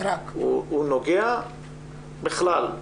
הוא נוגע בכלל,